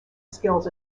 skills